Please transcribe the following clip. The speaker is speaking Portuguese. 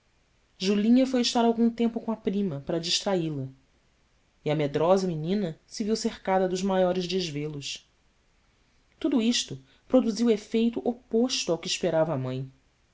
julinha foi estar algum tempo com a prima para distraí la e a medrosa menina se viu cercada dos maiores desvelos tudo isto produziu efeito oposto ao que esperava a mãe